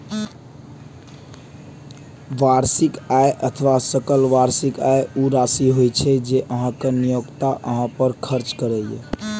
वार्षिक आय अथवा सकल वार्षिक आय ऊ राशि होइ छै, जे अहांक नियोक्ता अहां पर खर्च करैए